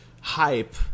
hype